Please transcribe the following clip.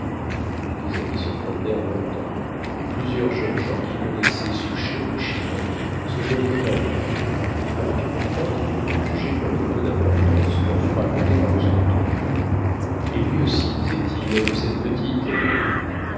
les deux amis se promenèrent long-temps et plusieurs jeunes gens qui connaissaient souchet ou schinner se joignirent à eux l'aventure du peintre jugée comme de peu d'importance leur fut racontée par le sculpteur et lui aussi disait-il a vu cette petite